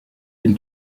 île